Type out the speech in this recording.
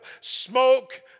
Smoke